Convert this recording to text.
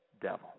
devil